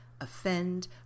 offend